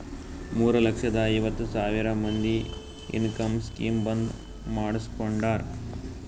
ಮೂರ ಲಕ್ಷದ ಐವತ್ ಸಾವಿರ ಮಂದಿ ಇನ್ಕಮ್ ಸ್ಕೀಮ್ ಬಂದ್ ಮಾಡುಸ್ಕೊಂಡಾರ್